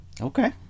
Okay